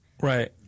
Right